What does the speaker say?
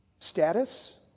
status